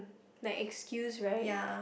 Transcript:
like excuse right